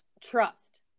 trust